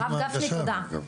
הרב גפני, תודה.